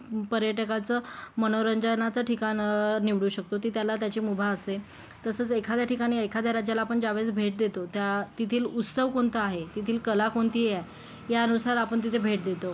पर्यटकाचं मनोरंजनाचं ठिकाण निवडू शकतो ती त्याला त्याची मुभा असे तसंच एखाद्या ठिकाणी एखाद्या राज्याला आपण ज्यावेळेस भेट देतो त्या तेथील उत्सव कोणता आहे तेथील कला कोणती आहे यानुसार आपण तिथे भेट देतो